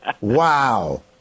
Wow